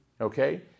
Okay